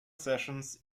sessions